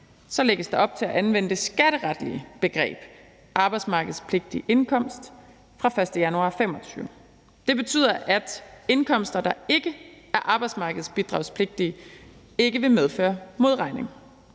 1. januar 2025 at anvende det skatteretlige begreb arbejdsmarkedsbidragspligtig indkomst. Det betyder, at indkomster, der er arbejdsmarkedsbidragspligtige, ikke vil medføre modregning.